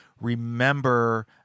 remember